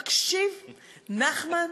תקשיב, נחמן.